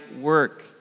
work